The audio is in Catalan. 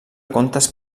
contes